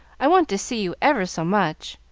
i want to see you ever so much.